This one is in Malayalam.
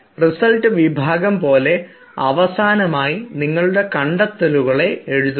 റിസൾട്ട് വിഭാഗം പോലെ അവസാനമായി നിങ്ങളുടെ കണ്ടെത്തലുകൾ എഴുതുക